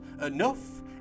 Enough